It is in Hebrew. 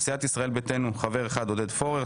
סיעת ישראל ביתנו חבר אחד: עודד פורר.